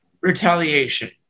retaliation